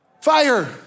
fire